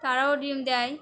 তারাও ডিম দেয়